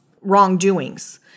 wrongdoings